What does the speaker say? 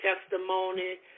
testimony